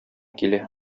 килә